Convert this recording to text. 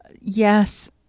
yes